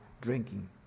drinking